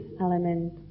element